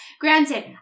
granted